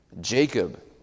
Jacob